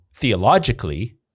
Theologically